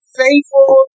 faithful